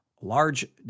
large